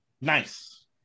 Nice